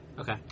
Okay